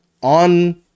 on